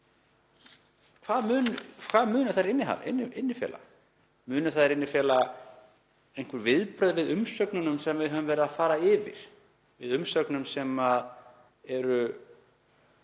á frumvarpinu? Munu þær innifela einhver viðbrögð við umsögnunum sem við höfum verið að fara yfir, við umsögnum sem eru